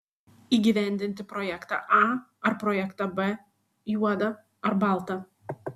įgyvendinti projektą a ar projektą b juoda ar balta